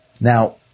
Now